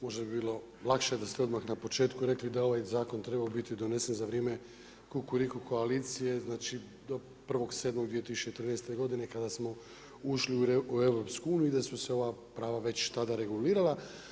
Možda bi bilo lakše da ste odmah na početku rekli da je ovaj zakon trebao biti donesen za vrijeme Kukuriku koalicije, znači do 1.7.2014. godine kada smo ušli u EU i da su se ova prava već tada regulirala.